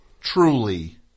truly